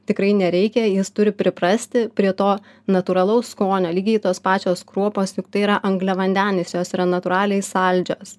tikrai nereikia jis turi priprasti prie to natūralaus skonio lygiai tos pačios kruopos juk tai yra angliavandenis jos yra natūraliai saldžios